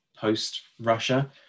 post-Russia